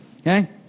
Okay